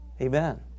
Amen